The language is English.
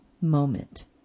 moment